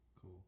Cool